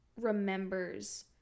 remembers